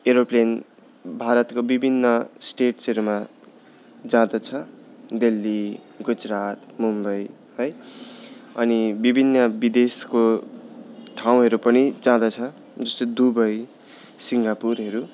aeroplane भारतको विभिन्न स्टेट्सहरूमा जाँदछ दिल्ली गुजरात मुम्बई है अनि विभिन्न विदेशको ठाउँहरू पनि जाँदछ जस्तै दुबई सिङ्गापुरहरू